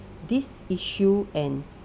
this issue and